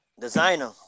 Designer